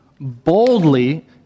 boldly